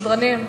בבקשה.